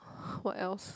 what else